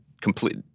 Complete